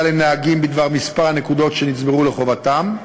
לנהגים בדבר מספר הנקודות שנצברו לחובתם,